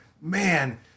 man